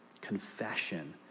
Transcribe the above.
Confession